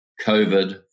COVID